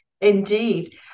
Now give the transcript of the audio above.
Indeed